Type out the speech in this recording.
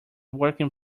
working